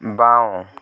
বাঁও